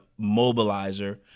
mobilizer